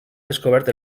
descobert